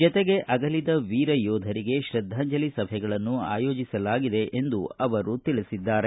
ಜೊತೆಗೆ ಅಗಲಿದ ವೀರ ಯೋಧರಿಗೆ ಶ್ರದ್ದಾಂಜಲಿ ಸಭೆಗಳನ್ನು ಆಯೋಜಿಸಲಾಗಿದೆ ಎಂದು ಅವರು ತಿಳಿಸಿದ್ದಾರೆ